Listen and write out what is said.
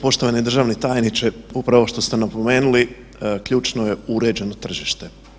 Poštovani državni tajniče upravo što ste napomenuli ključno je uređeno tržište.